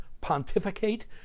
pontificate